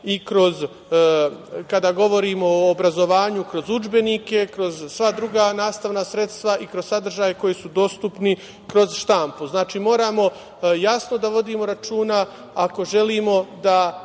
dostupni kada govorimo o obrazovanju kroz udžbenike, kroz sva druga nastavna sredstva i kroz sadržaje koji su dostupni kroz štampu. Znači, moramo jasno da vodimo računa ako želimo da